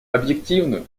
объективную